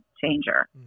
changer